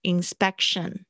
Inspection